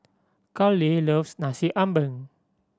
Karlee loves Nasi Ambeng